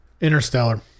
Interstellar